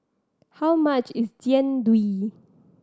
how much is Jian Dui